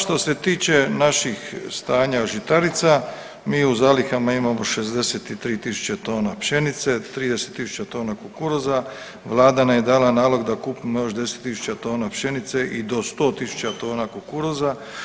Što se tiče naših stanja od žitarica mi u zalihama imamo 63.000 tona pšenice, 30.000 tona kukuruza, vlada nam je dala nalog da kupimo još 10.000 tona pšenice i do 100.000 tona kukuruza.